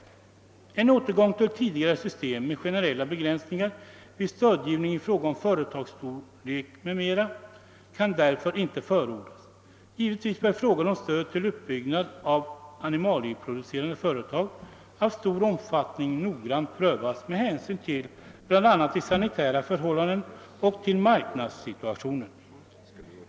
En återgång till tidigare system med generella begränsningar vid stödgivning i fråga om företagsstorlek m.m. kan därför inte förordas. Givetvis bör frågan om stöd till uppbyggnad av animalieproducerande företag av stor omfattning noggrant prövas med hänsyn bl.a. till de sanitära förhållandena och till marknadssituationen.